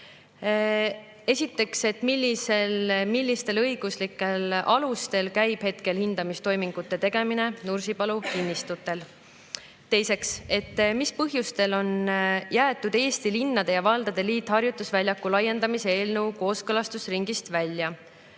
Esiteks, millistel õiguslikel alustel käib hetkel hindamistoimingute tegemine Nursipalu kinnistutel? Teiseks, mis põhjustel on jäetud Eesti Linnade ja Valdade Liit harjutusväljaku laiendamise eelnõu kooskõlastusringist välja?